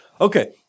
Okay